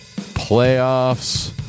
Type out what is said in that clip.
playoffs